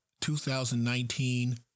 2019